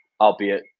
albeit